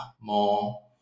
more